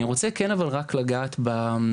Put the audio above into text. אני רוצה כן אבל רק לגעת בסיבתיות.